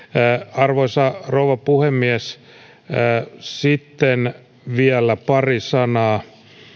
arvoisa rouva puhemies sitten vielä pari sanaa